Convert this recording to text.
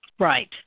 Right